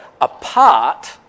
apart